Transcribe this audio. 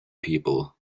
people